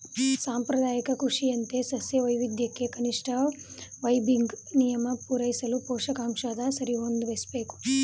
ಸಾಂಪ್ರದಾಯಿಕ ಕೃಷಿಯಂತೆ ಸಸ್ಯ ವೈವಿಧ್ಯಕ್ಕೆ ಕನಿಷ್ಠ ಲೈಬಿಗ್ ನಿಯಮ ಪೂರೈಸಲು ಪೋಷಕಾಂಶನ ಸರಿಹೊಂದಿಸ್ಬೇಕು